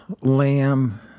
lamb